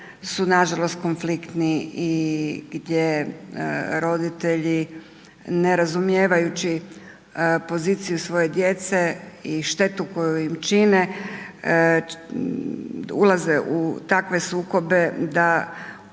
su nažalost konfliktni i gdje roditelji ne razumijevajući poziciju svoje djece i štetu koju im čine, ulaze u takve sukobe da čine